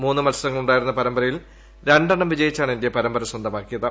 മൂന്നു മൽസരങ്ങളുണ്ടായിരുന്ന പരമ്പരയിൽ രണ്ടെണ്ണം വിജയിച്ചാണ് ഇന്ത്യ പരമ്പര സ്വന്തമാക്കിയത്